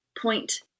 point